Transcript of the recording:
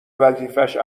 وظیفهش